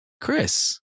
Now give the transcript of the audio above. Chris